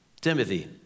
Timothy